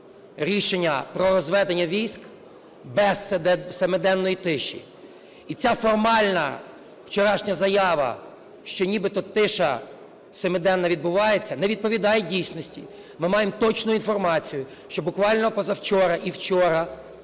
рішення про розведення військ без семиденної тиші. І ця формальна вчорашня заява, що нібито тиша семиденна відбувається, не відповідає дійсності. Ми маємо точну інформацію, що буквально позавчора і вчора